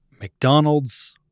McDonald's